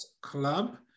club